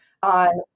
on